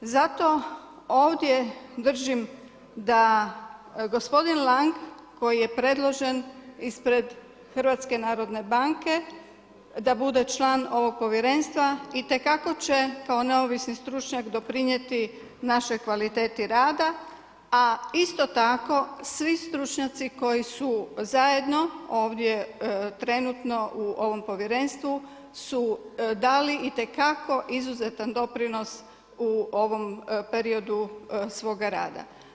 Zato ovdje držim da gospodin Lang koji je predložen ispred HNB-a da bude član ovog povjerenstva itekako će kao neovisni stručnjak doprinijeti našoj kvaliteti rada, a isto tako svi stručnjaci koji su zajedno ovdje trenutno u ovom povjerenstvu su dali itekako izuzetan doprinos u ovom periodu svoga rada.